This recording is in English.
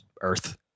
Earth